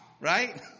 Right